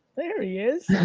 there he is,